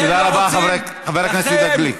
תודה רבה, חבר הכנסת יהודה גליק.